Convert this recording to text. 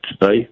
today